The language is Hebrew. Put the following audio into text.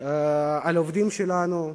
על העובדים שלנו,